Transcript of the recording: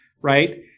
right